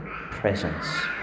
presence